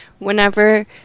whenever